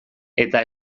eta